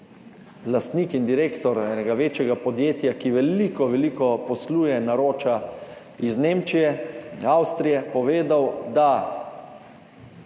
lastnik in direktor enega večjega podjetja, ki veliko veliko posluje, naroča iz Nemčije, Avstrije, povedal, da